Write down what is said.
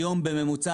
היום בממוצע,